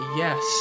yes